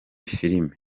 filime